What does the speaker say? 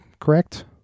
correct